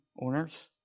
owner's